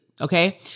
Okay